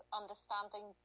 understanding